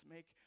Make